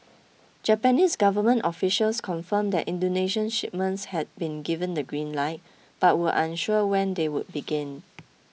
Japanese government officials confirmed that Indonesian shipments had been given the green light but were unsure when they would begin